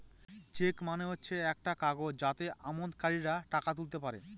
check মানে হচ্ছে একটা কাগজ যাতে আমানতকারীরা টাকা তুলতে পারে